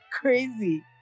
crazy